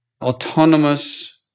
autonomous